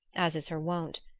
as is her wont,